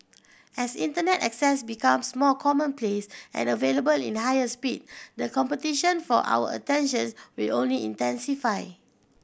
as Internet access becomes more commonplace and available at higher speed the competition for our attention will only intensify